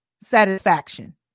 satisfaction